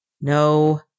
No